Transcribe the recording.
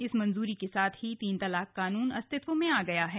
इस मंजूरी के साथ ही तीन तलाक कानून अस्तित्व में आ गया है